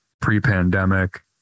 pre-pandemic